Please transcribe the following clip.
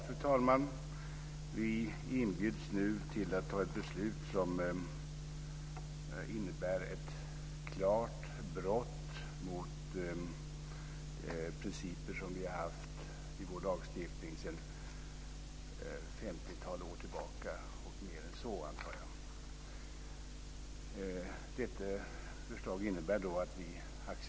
Fru talman! Vi inbjuds nu till att fatta ett beslut som innebär ett klart brott mot de principer som vi har haft i vår lagstiftning sedan ett femtiotal år tillbaka och mer än så antar jag.